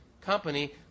company